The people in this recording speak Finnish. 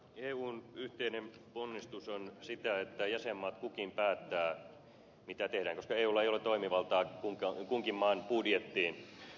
eun yhteinen ponnistus on sitä että kukin jäsenmaa päättää mitä tehdään koska eulla ei ole toimivaltaa kunkin maan budjettiin